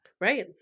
Right